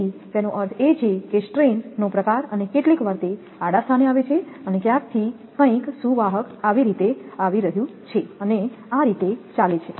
તેથી તેનો અર્થ એ છે કે સ્ટ્રેન નો પ્રકાર અને કેટલીકવાર તે આડા સ્થાને આવે છે ક્યાંકથી કંઇક સુવાહક આ રીતે આવી રહ્યું છે અને આ રીતે ચાલે છે